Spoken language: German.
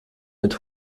mit